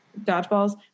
dodgeballs